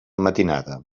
matinada